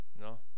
No